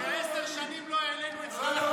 זה כמו שאמרת שעשר שנים לא העלינו את שכר החיילים,